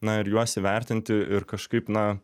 na ir juos įvertinti ir kažkaip na